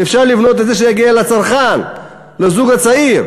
אפשר לבנות את זה כך שזה יגיע לצרכן, לזוג הצעיר.